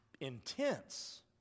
intense